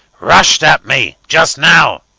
rushed at me. just now.